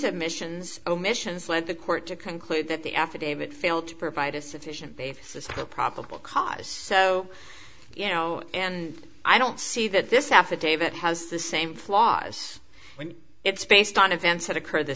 admissions omissions lead the court to conclude that the affidavit failed to provide a sufficient basis for probable cause so you know and i don't see that this affidavit has the same flaws when it's based on events that occurred the